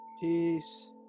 Peace